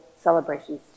celebrations